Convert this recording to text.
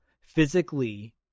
physically